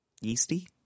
Yeasty